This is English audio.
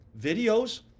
videos